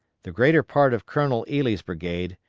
the greater part of colonel ely's brigade,